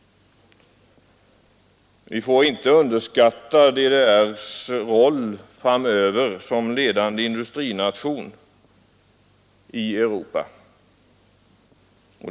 Vi får inte underskatta DDR:s roll i framtiden som en ledande industrination i Europa.